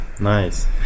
nice